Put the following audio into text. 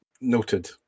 Noted